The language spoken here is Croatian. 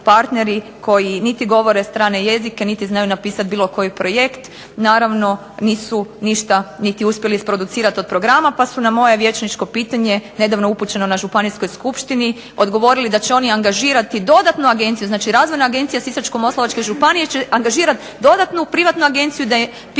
koji niti govore strane jezike, niti znaju napisati bilo koji projekt, naravno nisu ništa niti uspjeli isproducirati od programa, pa su na moje vijećničko pitanje nedavno upućeno na županijskoj skupštini odgovorili da će oni angažirati dodatnu agenciju, znači razvojna agencija Sisačko-moslavačke županije će angažirati dodatnu privatnu agenciju da joj piše